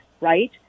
right